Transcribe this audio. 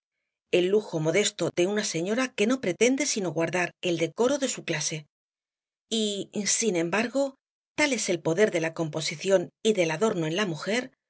el lujo modesto de una señora que no pretende sino guardar el decoro de su clase y sin embargo tal es el poder de la composición y del adorno en la mujer